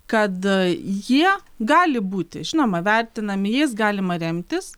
kada jie gali būti žinoma vertinami jais galima remtis